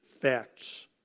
Facts